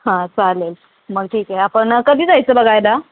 हां चालेल मग ठीक आहे आपण कधी जायचं बघायला